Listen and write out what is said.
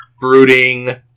brooding